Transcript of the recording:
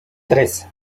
tres